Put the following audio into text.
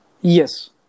Yes